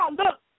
look